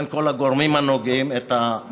כל הגורמים הנוגעים בדבר,